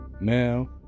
Now